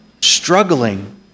struggling